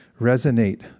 resonate